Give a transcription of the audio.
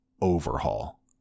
overhaul